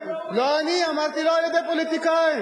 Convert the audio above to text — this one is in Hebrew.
לא אני אמרתי על-ידי פוליטיקאים,